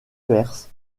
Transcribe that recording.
perse